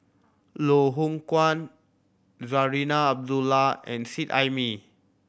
Loh Hoong Kwan Zarinah Abdullah and Seet Ai Mee